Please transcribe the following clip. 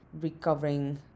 recovering